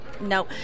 No